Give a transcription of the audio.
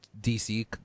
DC